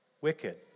wicked